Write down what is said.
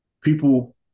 people